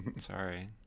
Sorry